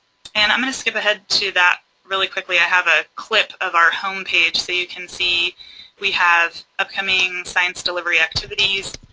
and i'm going to skip ahead to that really quickly. i have ah clip of our home page so you can see we have up coming science delivery activities,